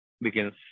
begins